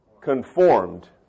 conformed